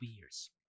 years